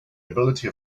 ability